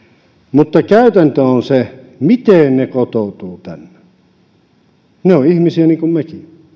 mutta käytäntö on se miten he kotoutuvat tänne he ovat ihmisiä niin kuin mekin he